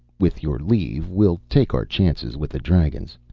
with your leave we'll take our chances with the dragons.